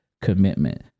Commitment